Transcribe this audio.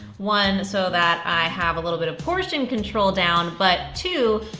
one so that i have a little bit of portion control down, but two,